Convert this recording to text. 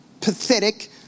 pathetic